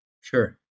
Sure